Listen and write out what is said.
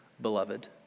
beloved